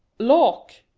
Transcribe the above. lawk!